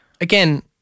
again